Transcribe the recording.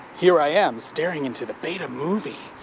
here i am staring into the betamovie,